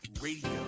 Radio